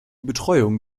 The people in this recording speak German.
betreuung